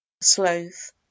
sloth